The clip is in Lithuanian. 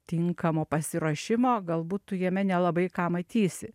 tinkamo pasiruošimo galbūt tu jame nelabai ką matysi